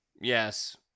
Yes